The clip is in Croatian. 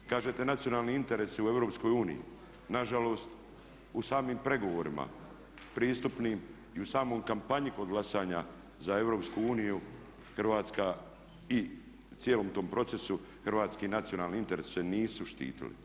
Kažete nacionalni interesi u EU, nažalost u samim pregovorima pristupnim i u samoj kampanji kod glasanja za EU i cijelom tom procesu hrvatski nacionalni interesi se nisu štitili.